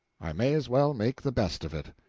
i may as well make the best of it.